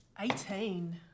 Eighteen